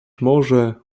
może